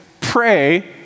pray